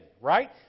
right